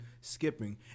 skipping